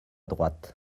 droite